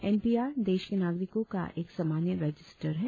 N P R देश के नागरिकों का एक सामान्य रजिस्टर है